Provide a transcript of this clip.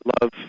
love